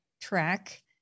track